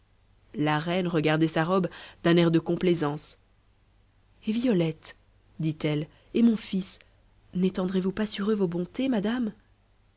la reine regardait sa robe d'un air de complaisance et violette dit-elle et mon fils nétendrez vous pas sur eux vos bontés madame